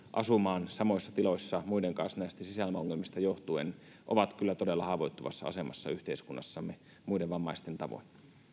asumaan samoissa tiloissa muiden kanssa näistä sisäilmaongelmista johtuen ovat kyllä todella haavoittuvassa asemassa yhteiskunnassamme muiden vammaisten tavoin